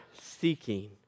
seeking